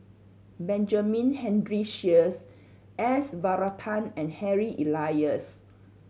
Benjamin Henry Sheares S Varathan and Harry Elias